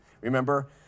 remember